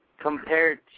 compared